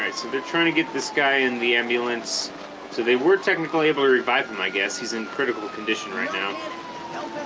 they're trying to get this guy in the ambulance so they were technically able to revive him i guess he's in critical condition right now ah